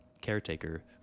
caretaker